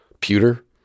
Pewter